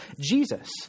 Jesus